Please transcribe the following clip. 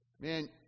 Man